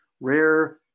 rare